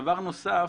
דבר נוסף.